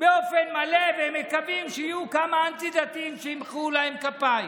באופן מלא והם מקווים שיהיו כמה אנטי-דתיים שימחאו להם כפיים.